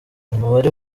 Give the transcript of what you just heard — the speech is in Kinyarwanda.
umubare